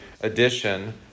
edition